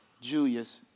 Julius